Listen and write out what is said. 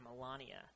Melania